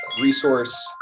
resource